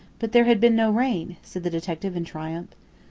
but there had been no rain, said the detective in triumph.